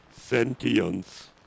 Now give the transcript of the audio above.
Sentience